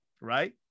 Right